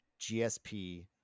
GSP